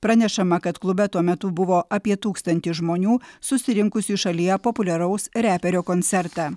pranešama kad klube tuo metu buvo apie tūkstantį žmonių susirinkusių į šalyje populiaraus reperio koncertą